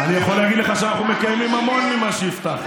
אני יכול להגיד לך שאנחנו מקיימים המון ממה שהבטחנו.